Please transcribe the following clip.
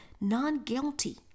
non-guilty